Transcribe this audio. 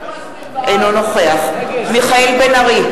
אינו נוכח מיכאל בן-ארי,